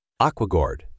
AquaGuard